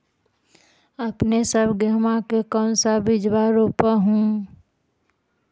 अपने सब गेहुमा के कौन सा बिजबा रोप हू?